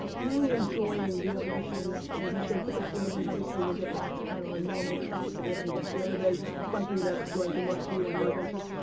ah really enjoying the evolution of the askgaryvee show. different flavors. obviously we'll get back to kind of our normal track but we had some guests the other day. fun for you guys to join. good luck to you on your ventures.